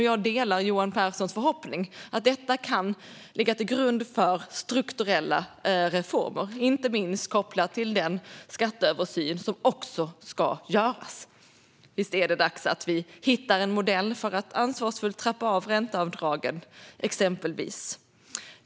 Jag delar Johan Pehrsons förhoppning att detta kan ligga till grund för strukturella reformer, inte minst kopplat till den skatteöversyn som också ska göras. Visst är det dags att vi hittar en modell för att ansvarsfullt trappa av ränteavdragen, exempelvis.